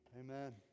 Amen